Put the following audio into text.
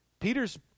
Peter's